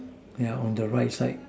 yeah on the right side